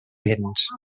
béns